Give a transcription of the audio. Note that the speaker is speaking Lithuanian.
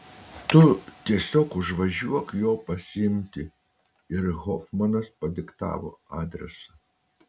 tu tiesiog užvažiuok jo pasiimti ir hofmanas padiktavo adresą